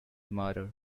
murder